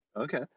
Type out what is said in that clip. okay